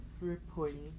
Reporting